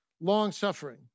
long-suffering